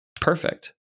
Perfect